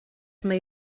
may